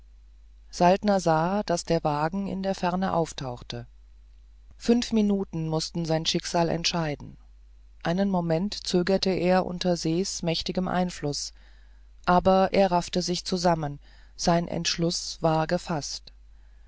saltner sah daß der wagen in der ferne auftauchte fünf minuten mußten sein schicksal entscheiden einen moment zögerte er unter ses mächtigem einfluß aber er raffte sich zusammen sein entschluß war gefaßt